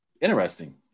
interesting